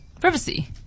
privacy